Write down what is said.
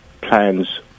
plans